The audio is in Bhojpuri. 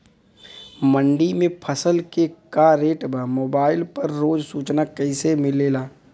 मंडी में फसल के का रेट बा मोबाइल पर रोज सूचना कैसे मिलेला?